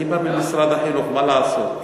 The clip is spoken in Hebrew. אני בא ממשרד החינוך, מה לעשות.